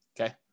Okay